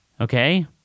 Okay